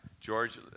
George